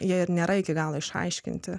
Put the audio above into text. jie ir nėra iki galo išaiškinti